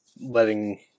letting